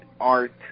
art